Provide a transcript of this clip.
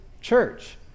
church